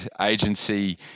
agency